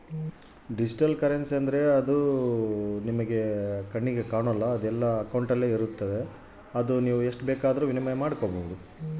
digital currency ಯಾವುದೇ ತೆರನಾದ ಆಕಾರದಾಗ ಇರಕಲ್ಲ ಆದುರಲಾಸಿ ಎಸ್ಟ್ ರೊಕ್ಕ ಬೇಕಾದರೂ ನಾವು ವಿನಿಮಯ ಮಾಡಬೋದು